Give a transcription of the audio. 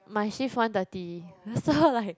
my shift one thirty so like